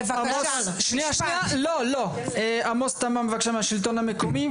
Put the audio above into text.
עמוס תמם, בבקשה, מהשלטון המקומי.